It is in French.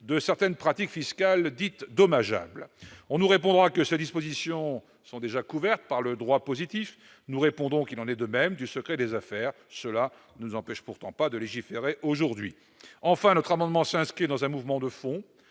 de certaines pratiques fiscales dites « dommageables ». On nous rétorquera que ces dispositions sont déjà couvertes par le droit positif. Nous répondons qu'il en est de même du secret des affaires. Cela ne nous empêche pourtant pas de légiférer aujourd'hui. Enfin, notre amendement s'inscrit dans un mouvement de fond,